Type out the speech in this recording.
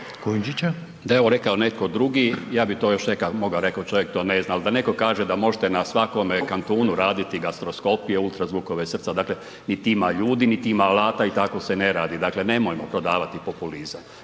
Da je ovo rekao netko drugi, ja bih rekao to čovjek ne zna, ali da neko kaže da možete na svakome kantunu raditi gastroskopiju, ultrazvukove srca, dakle niti ima ljudi, niti ima alata i tako se ne radi. Dakle nemojmo prodavati populizam.